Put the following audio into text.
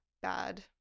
bad